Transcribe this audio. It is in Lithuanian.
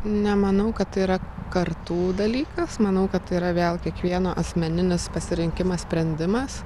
nemanau kad tai yra kartų dalykas manau kad tai yra vėl kiekvieno asmeninis pasirinkimas sprendimas